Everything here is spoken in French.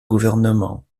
gouvernement